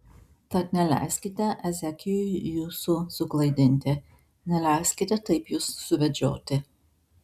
tad neleiskite ezekijui jūsų suklaidinti neleiskite taip jus suvedžioti